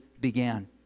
began